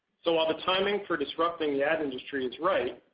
so while the timing for disrupting the ad industry is right,